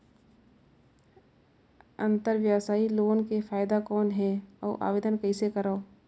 अंतरव्यवसायी लोन के फाइदा कौन हे? अउ आवेदन कइसे करव?